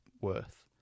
worth